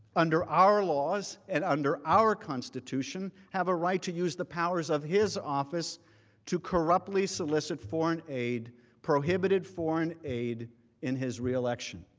under our laws and our constitution, have a right to use the powers of his office to corruptly solicit foreign aid prohibitive foreign aid in his reelection,